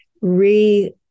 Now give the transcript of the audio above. re